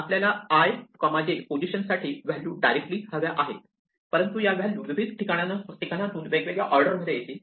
आपल्याला i j position साठी value directly हव्या आहेत परंतु या व्हॅल्यू विविध ठिकाणांहून वेगवेगळ्या ऑर्डर मध्ये येतील